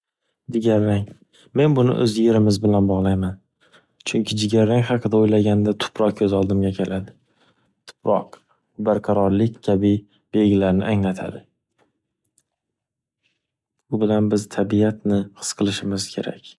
Jigar rang. Men buni o‘z yerimiz bilan bog‘layman. Chunki jigar rang haqida o‘ylaganda tuproq ko‘z oldimga keladi. Tuproq barqarorlik kabi belgilarni anglatadi. Bu bilan biz tabiatni his qilishimiz kerak.